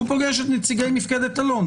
הוא פוגש את נציגי מפקדת אלון,